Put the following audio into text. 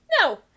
No